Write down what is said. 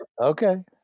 Okay